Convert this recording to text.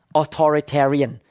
authoritarian